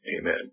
Amen